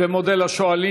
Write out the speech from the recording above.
שומה